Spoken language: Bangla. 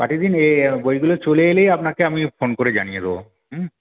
পাঠিয়ে দিন এই বইগুলো চলে এলেই আপনাকে আমি ফোন করে জানিয়ে দেব হুম